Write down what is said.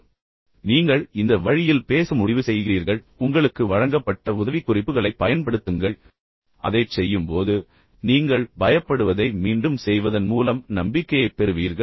ஆனால் நீங்கள் முடிவு செய்கிறீர்கள் நீங்கள் இந்த வழியில் பேசுவீர்கள் உங்களுக்கு வழங்கப்பட்ட உதவிக்குறிப்புகளைப் பயன்படுத்துங்கள் நீங்கள் அதைச் செய்யும்போது நீங்கள் பயப்படுவதை மீண்டும் மீண்டும் செய்வதன் மூலம் நம்பிக்கையைப் பெறுவீர்கள்